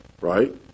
Right